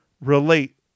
relate